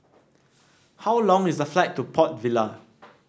how long is the flight to Port Vila